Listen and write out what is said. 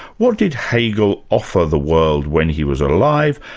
what did hegel offer the world when he was alive,